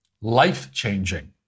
life-changing